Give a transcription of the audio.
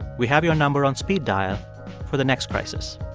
we have your number on speed dial for the next crisis.